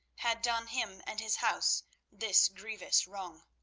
had done him and his house this grievous wrong.